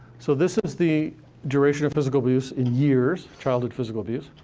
so this is the duration of physical abuse in years child and physical abuse,